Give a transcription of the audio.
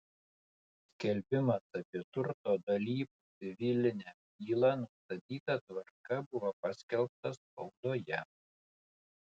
skelbimas apie turto dalybų civilinę bylą nustatyta tvarka buvo paskelbtas spaudoje